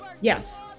Yes